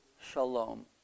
shalom